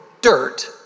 dirt